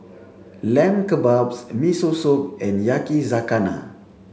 Lamb Kebabs Miso Soup and Yakizakana